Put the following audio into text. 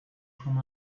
from